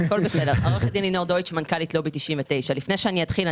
אני מנכ"לית לובי 99. לפני שאני אתחיל,